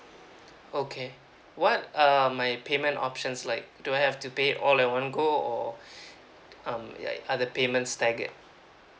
okay what are my payment options like do I have to pay it all at one go or um yeuh are the payments staggered